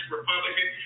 Republican